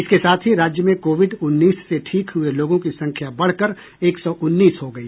इसके साथ ही राज्य में कोविड उन्नीस से ठीक हुए लोगों की संख्या बढ़कर एक सौ उन्नीस हो गई